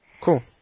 Cool